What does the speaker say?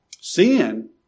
Sin